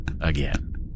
again